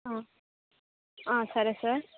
సరే సార్